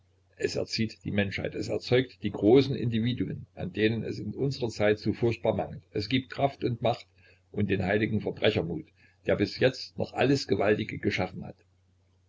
es erzieht die menschheit es erzeugt die großen individuen an denen es in unserer zeit so furchtbar mangelt es gibt kraft und macht und den heiligen verbrechermut der bis jetzt noch alles gewaltige geschaffen hat